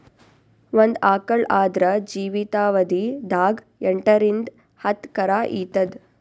ಒಂದ್ ಆಕಳ್ ಆದ್ರ ಜೀವಿತಾವಧಿ ದಾಗ್ ಎಂಟರಿಂದ್ ಹತ್ತ್ ಕರಾ ಈತದ್